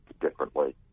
differently